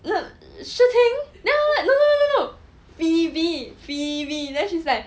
shi ting no no no no phoebe phoebe then she's like